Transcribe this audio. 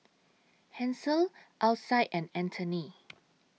Hansel Alcide and Anthony